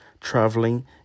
traveling